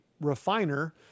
refiner